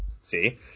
See